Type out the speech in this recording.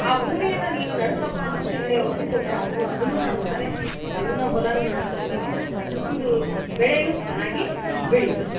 ಆ ಭೂಮಿಯನ್ನ ನೀನು ನಡೆಸಪ್ಪ ಅಂತ ಹೇಳಿ ಅವರಿಗು ಕೊಟ್ಟರೆ ಅವನು ಅದನ್ನು ನಡೆಸ್ತಾನೆ ತನ್ನ ಹೊಲ ನಡೆಸ್ಕೊತಾನೆ ಒಂದು ಬೆಳೆ ಚೆನ್ನಾಗಿ ಬೆಳಿತದೆ